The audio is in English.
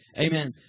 amen